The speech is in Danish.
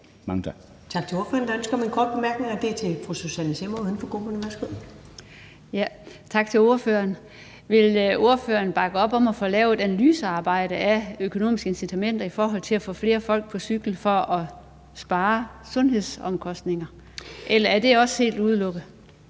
Tak til ordføreren. Vil ordføreren bakke op om at få lavet et analysearbejde af de økonomiske incitamenter i forhold til at få flere folk på cykel for at spare sundhedsomkostninger, eller er det også helt udelukket?